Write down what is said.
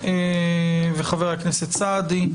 מצטרף אלינו חבר הכנסת סעדי.